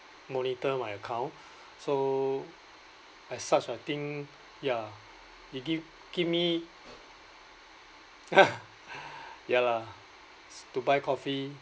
monitor my account so as such I think ya it give give me ya lah to buy coffee